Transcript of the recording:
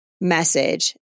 message